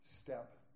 step